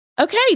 Okay